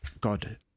God